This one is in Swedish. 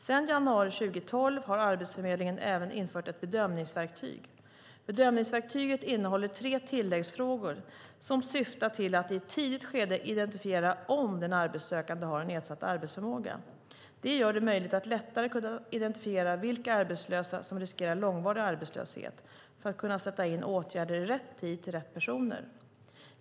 Sedan januari 2012 har Arbetsförmedlingen även infört ett bedömningsverktyg. Bedömningsverktyget innehåller tre tilläggsfrågor som syftar till att i ett tidigt skede identifiera om den arbetssökande har en nedsatt arbetsförmåga. Det gör det möjligt att lättare kunna identifiera vilka arbetslösa som riskerar långvarig arbetslöshet för att kunna sätta in åtgärder i rätt tid till rätt personer.